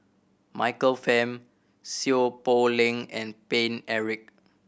Michael Fam Seow Poh Leng and Paine Eric